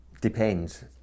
depends